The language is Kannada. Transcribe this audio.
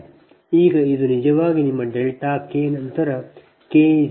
ಈಗ ಇದು ನಿಜವಾಗಿ ನಿಮ್ಮ ಡೆಲ್ಟಾ ಕೆ ನಂತರ ಕೆ 23 ಎನ್